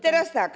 Teraz tak.